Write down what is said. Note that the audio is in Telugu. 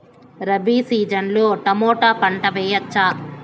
రబి సీజన్ లో టమోటా పంట వేయవచ్చా?